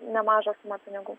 nemažą sumą pinigų